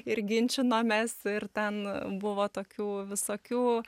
ir ginčinomės ir ten buvo tokių visokių